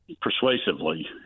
persuasively